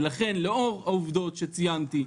לכן, לאור העובדות שציינתי,